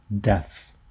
death